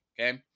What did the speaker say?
Okay